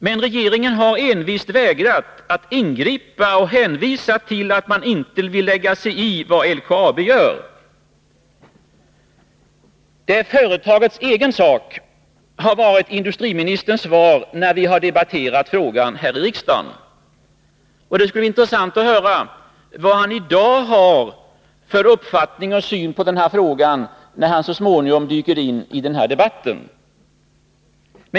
Men regeringen har envist vägrat att ingripa och hänvisar till att man inte vill lägga sig i vad LKAB gör. Det är företagets egen sak, har varit industriministerns svar när vi har debatterat frågan här i riksdagen. Det skulle vara intressant att höra vad han i dag har för syn på den här frågan, när han så småningom dyker in i debatten.